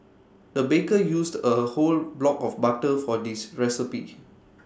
the baker used A whole block of butter for this recipe